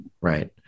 Right